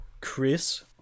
Chris